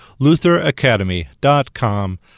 lutheracademy.com